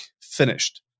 finished